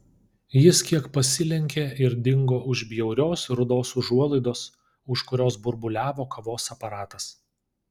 jis kiek pasilenkė ir dingo už bjaurios rudos užuolaidos už kurios burbuliavo kavos aparatas